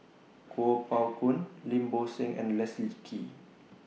Kuo Pao Kun Lim Bo Seng and Leslie Kee